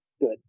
good